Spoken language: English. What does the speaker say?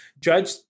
judge